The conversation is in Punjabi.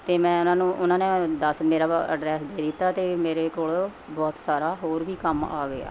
ਅਤੇ ਮੈਂ ਉਹਨਾਂ ਨੂੰ ਉਹਨਾਂ ਨੇ ਦੱਸ ਮੇਰਾ ਵ ਐਡਰੈਸ ਦੇ ਦਿੱਤਾ ਅਤੇ ਮੇਰੇ ਕੋਲ਼ ਬਹੁਤ ਸਾਰਾ ਹੋਰ ਵੀ ਕੰਮ ਆ ਗਿਆ